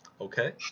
Okay